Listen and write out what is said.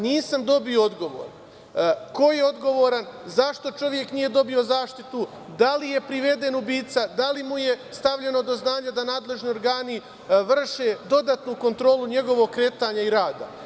Nisam dobio odgovor ko je odgovoran, zašto čovek nije dobio zaštitu, da li je priveden ubica, da li mu je stavljeno do znanja da nadležni organi vrše dodatnu kontrolu njegovog kretanja i rada?